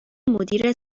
مدیر